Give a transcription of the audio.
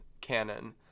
canon